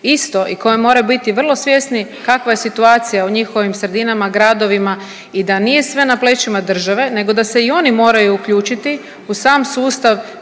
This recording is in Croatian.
isto i koji moraju biti vrlo svjesni kakva je situacija u njihovim sredinama, gradovima i da nije sve na plećima države nego da se i oni moraju uključiti u sam sustav